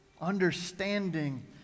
understanding